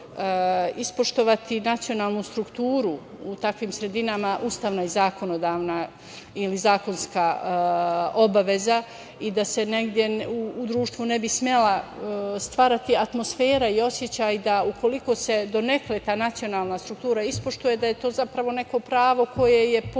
ispoštovati nacionalnu strukturu u takvim sredinama ustavna i zakonodavna ili zakonska obaveza i da se u društvu ne bi smela stvarati atmosfera i osećaj da ukoliko se donekle ta nacionalna struktura ispoštuje da je to zapravo neko pravo koje je posebno